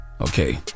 Okay